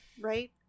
right